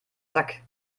zack